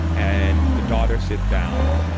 and the daughter sits down.